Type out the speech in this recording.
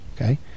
okay